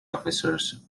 officers